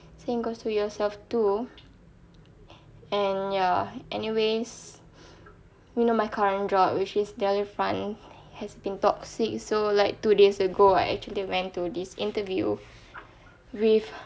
same goes to yourself too and ya anyways you know my current job which is delifrance has been toxic so like two days ago I actually went to this interview with